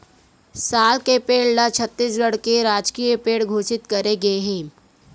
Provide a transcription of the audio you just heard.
साल के पेड़ ल छत्तीसगढ़ के राजकीय पेड़ घोसित करे गे हे